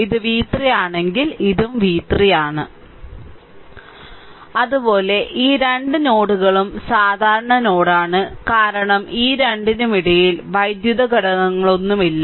ഇത് v 3 ആണെങ്കിൽ ഇതും v 3 ആണ് അതുപോലെ ഈ രണ്ട് നോഡുകളും സാധാരണ നോഡാണ് കാരണം ഈ രണ്ടിനുമിടയിൽ വൈദ്യുത ഘടകങ്ങളൊന്നുമില്ല